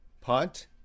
Punt